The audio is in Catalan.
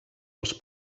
els